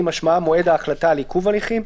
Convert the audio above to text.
משמעם מועד ההחלטה על עיכוב הליכים,